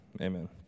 Amen